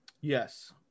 Yes